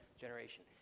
generation